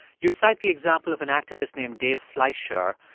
you cite the example of an activist named dave fleischer.